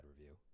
review